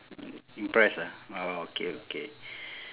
impressed ah orh okay okay